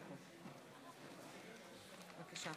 לבחינת המחסור בתחנות או בנקודות כיבוי אש ביישובים,